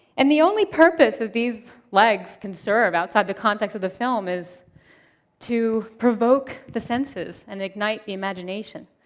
and the only purpose that these legs can serve, outside the context of the film, is to provoke the senses and ignite the imagination.